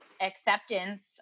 acceptance